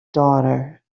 daughter